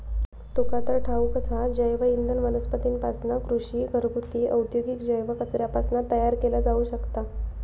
तुका तर ठाऊकच हा, जैवइंधन वनस्पतींपासना, कृषी, घरगुती, औद्योगिक जैव कचऱ्यापासना तयार केला जाऊ शकता